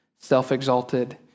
self-exalted